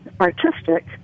artistic